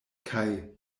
kaj